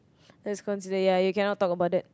that's consider ya you cannot talk about that